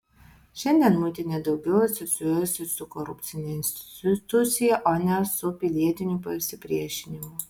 šiandien muitinė daugiau asocijuojasi su korupcine institucija o ne su pilietiniu pasipriešinimu